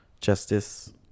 justice